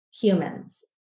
humans